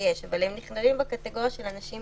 אבל הם נכללים בקטגוריה של אנשים